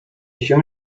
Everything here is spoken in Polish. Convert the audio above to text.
się